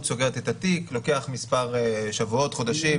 סוגרים את התיק לוקח מספר שבועות או חודשים.